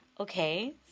Okay